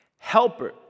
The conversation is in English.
Helper